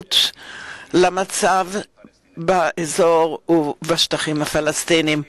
אחריות למצב באזור ובשטחים הפלסטיניים.